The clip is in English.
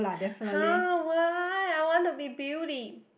har why I want to be beauty